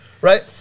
right